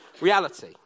reality